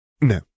No